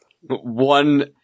One